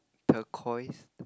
turquoise